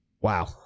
Wow